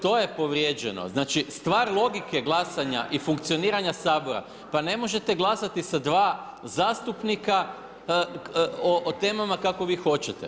To je povrijeđeno, znači stvar logike glasanja i funkcioniranja Sabora, pa ne možete glasati sa dva zastupnika o temama kako vi hoćete.